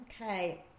Okay